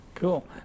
Cool